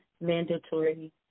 mandatory